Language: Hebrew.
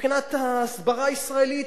מבחינת ההסברה הישראלית,